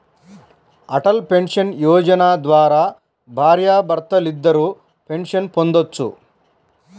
Atal pension Yojana ద్వారా భార్యాభర్తలిద్దరూ pension పొందొచ్చు